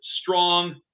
strong